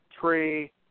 tree